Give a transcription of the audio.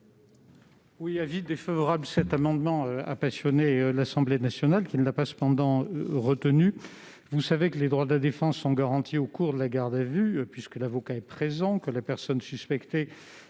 de la commission ? Cet amendement a passionné l'Assemblée nationale, qui ne l'a cependant pas retenu. Vous savez que les droits de la défense sont garantis au cours de la garde à vue, puisque l'avocat est présent et que la personne suspectée